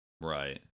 Right